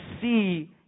see